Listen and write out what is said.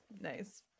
nice